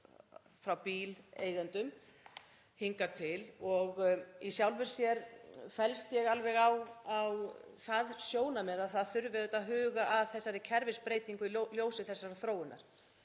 frá bíleigendum hingað til. Í sjálfu sér fellst ég alveg á það sjónarmið að það þurfi að huga að þessari kerfisbreytingu í ljósi þessarar þróunar.